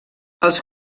els